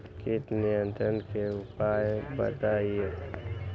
किट नियंत्रण के उपाय बतइयो?